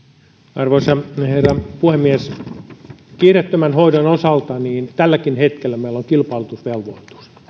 arvoisa herra puhemies kiireettömän hoidon osalta meillä on tälläkin hetkellä kilpailutusvelvoite